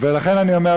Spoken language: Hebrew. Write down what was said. ולכן אני אומר,